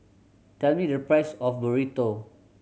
tell me the price of Burrito